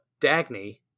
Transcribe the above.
Dagny